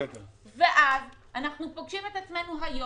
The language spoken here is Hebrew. אנחנו פוגשים את עצמנו היום,